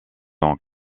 ont